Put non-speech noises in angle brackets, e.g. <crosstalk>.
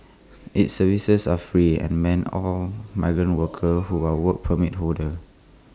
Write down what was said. its services are free and meant all migrant <noise> worker who are Work Permit holder